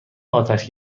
آتش